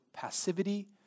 passivity